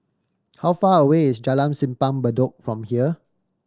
how far away is Jalan Simpang Bedok from here